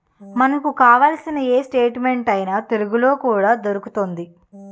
మనకు కావాల్సిన ఏ స్టేట్మెంట్ అయినా తెలుగులో కూడా దొరుకుతోంది